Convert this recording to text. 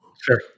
Sure